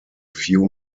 few